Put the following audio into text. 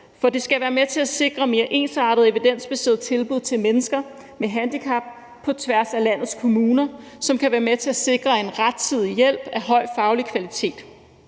i. Det skal være med til at sikre mere ensartede og evidensbaserede tilbud til mennesker med handicap på tværs af landets kommuner, hvilket kan være med til at sikre en rettidig hjælp af høj faglig kvalitet.